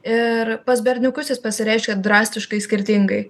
ir pas berniukus jis pasireiškia drastiškai skirtingai